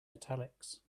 italics